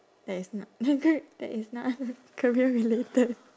that is not a car~ that is not career related